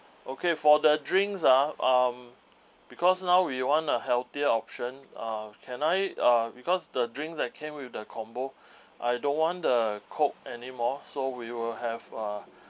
okay for the drinks ah um because now we want a healthier option uh can I uh because the drinks that came with the combo I don't want the coke anymore so we will have uh